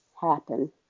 happen